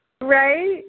Right